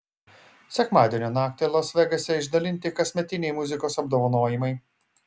sekmadienio naktį las vegase išdalinti kasmetiniai muzikos apdovanojimai